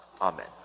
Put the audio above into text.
amen